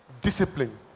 discipline